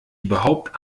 überhaupt